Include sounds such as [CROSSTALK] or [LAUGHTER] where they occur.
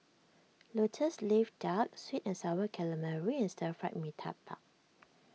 [NOISE] Lotus Leaf Duck Sweet and Sour Calamari and Stir Fried Mee Tai park